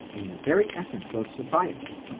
in the very essence of society,